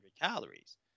calories